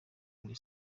kuri